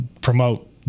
promote